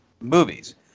movies